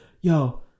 yo